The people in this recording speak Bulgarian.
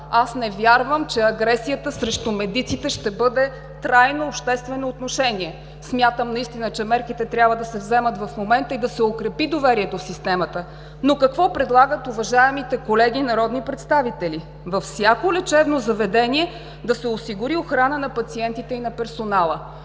Аз не вярвам, че агресията срещу медиците ще бъде трайно обществено отношение. Смятам наистина, че мерките трябва да се вземат в момента и да се укрепи доверието в системата. Но какво предлагат уважаемите колеги народни представители? Във всяко лечебно заведение да се осигури охрана на пациентите и на персонала.